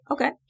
Okay